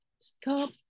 stop